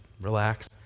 relax